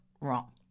wrong